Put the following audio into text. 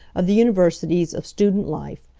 of the universities, of student life.